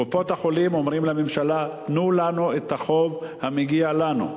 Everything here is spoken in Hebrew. קופות-החולים אומרות לממשלה: שלמו לנו את החוב המגיע לנו.